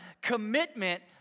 Commitment